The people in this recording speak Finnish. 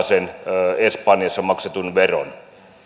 sen espanjassa maksetun veron